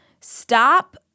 stop